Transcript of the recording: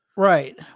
Right